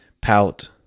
pout